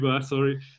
sorry